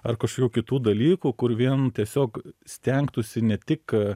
ar kažkokių kitų dalykų kur vien tiesiog stengtųsi ne tik